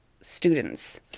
students